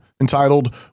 entitled